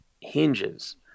hinges